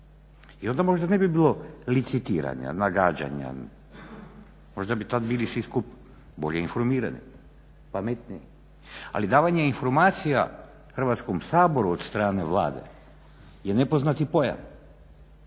I onda možda ne bi bilo licitiranja, nagađanja. Možda bi tad bili svi skup bolje informirani, pametniji. Ali davanje informacija Hrvatskom saboru od strane Vlade je nepoznati pojam.